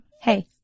Hey